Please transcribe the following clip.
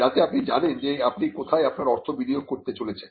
যাতে আপনি জানেন যে আপনি কোথায় আপনার অর্থ বিনিয়োগ করতে চলেছেন